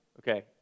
okay